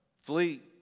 flee